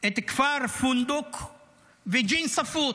את כפר פונדוק וג'ינסאפוט.